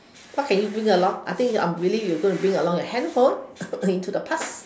okay you bring along I think I believe you're going to bring along your handphone into the past